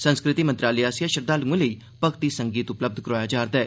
संस्कृति मंत्रालय आस्सेआ श्रद्दालुएं लेई भक्ति संगीत उपलब्ध करोआया जा'रदा ऐ